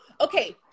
okay